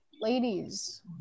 ladies